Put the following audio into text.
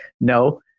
no